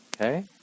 Okay